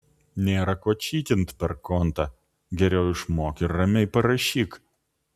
nėra ko čytint per kontą geriau išmok ir ramiai parašyk